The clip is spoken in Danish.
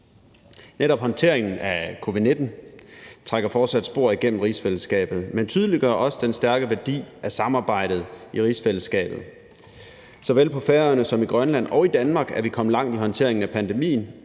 Netop håndteringen af covid-19 trækker fortsat spor igennem rigsfællesskabet, men tydeliggør også den stærke værdi af samarbejdet i rigsfællesskabet. Såvel på Færøerne som i Grønland og i Danmark er vi kommet langt i håndteringen af pandemien,